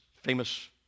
famous